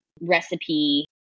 Recipe